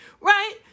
right